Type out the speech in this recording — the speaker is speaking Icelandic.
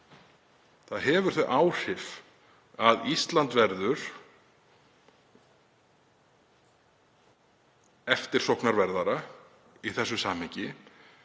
Það hefur þau áhrif að Ísland verður eftirsóknarverðara í þessu samhengi.